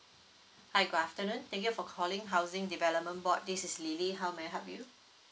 hi good afternoon thank you for calling housing development board this is lily how may I help you